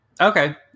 okay